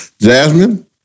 Jasmine